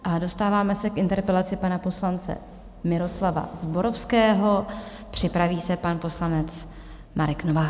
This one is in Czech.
A dostáváme se k interpelaci pana poslance Miroslava Zborovského, připraví se pan poslanec Marek Novák.